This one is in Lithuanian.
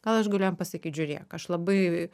gal aš galiu jam pasakyti žiūrėk aš labai